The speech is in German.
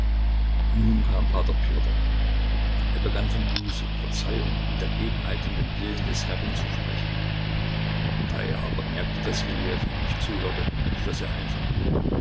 nun kam p pjotr er begann von buße verzeihung und ergebenheit in den willen des herrn zu sprechen da er aber merkte daß rylejew ihm nicht zuhörte schloß er einfach